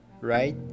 right